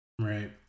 Right